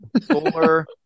Solar